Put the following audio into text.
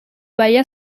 bâilla